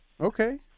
Okay